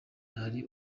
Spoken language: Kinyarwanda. hari